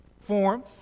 form